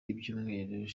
ibyumweru